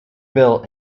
bill